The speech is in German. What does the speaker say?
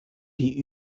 die